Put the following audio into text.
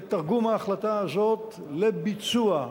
את תרגום ההחלטה הזאת לביצוע.